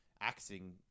acting